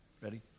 Ready